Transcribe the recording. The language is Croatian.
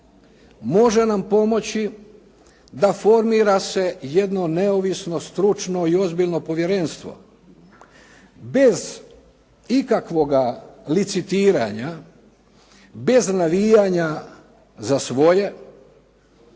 može nam pomoći da formira se jedno neovisno stručno i ozbiljno povjerenstvo bez ikakvoga licitiranja, bez navijanja za svoje